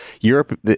Europe